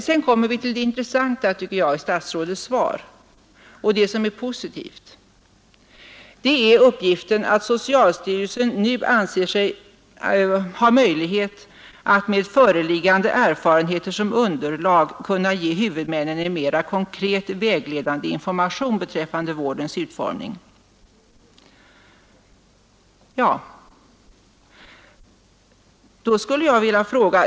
Sedan kommer vi till något som jag tycker är intressant och positivt i statsrådets svar — uppgiften att socialstyrelsen nu anser sig ha möjlighet att med föreliggande erfarenheter som underlag ge huvudmännen en mera konkret vägledande information beträffande vårdens utformning.